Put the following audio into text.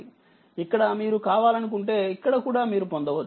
మీరు ఇక్కడ కావాలనుకుంటే ఇక్కడ కూడా మీరు పొందవచ్చు